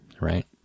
right